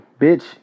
bitch